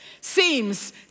seems